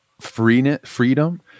freedom